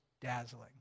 dazzling